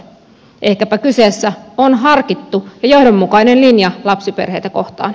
ehkäpä kyseessä on harkittu ja johdonmukainen linja lapsiperheitä kohtaan